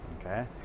Okay